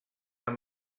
amb